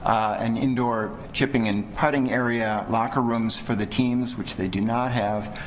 an indoor chipping and putting area, locker rooms for the teams, which they do not have,